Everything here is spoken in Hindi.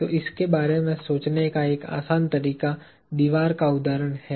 तो इसके बारे में सोचने का एक आसान तरीका दीवार का उदाहरण है